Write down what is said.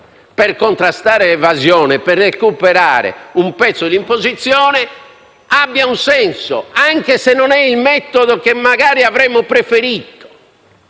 per contrastare l'evasione, per recuperare un pezzo di imposizione abbiano un senso, anche se non è il metodo che avremmo preferito.